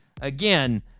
again